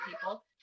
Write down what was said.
people